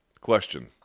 Question